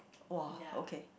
!wah! okay